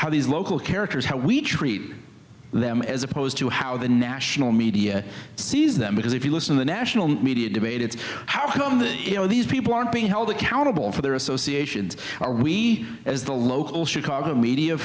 how these local characters how we treat them as opposed to how the national media sees them because if you listen the national media debate it's how you know these people aren't being held accountable for their associations are we as the local chicago media